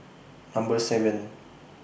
Number seven